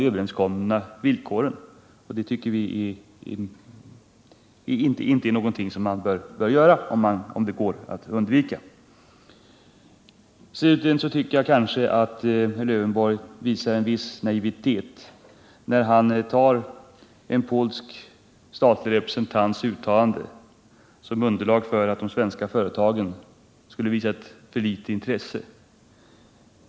Det tycker vi inte bör ske, om det kan undvikas. Slutligen tycker jag kanske att herr Lövenborg visar en viss naivitet när han tar en polsk statlig representants uttalande som underlag för eu påstående att de svenska företagen skulle visa eu alltför litet intresse.